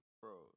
bro